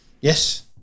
yes